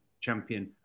champion